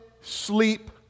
sleep